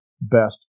Best